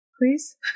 please